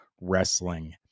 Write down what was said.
wrestling